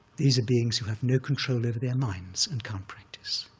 these are beings who have no control over their minds and can't practice,